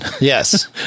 Yes